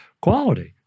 quality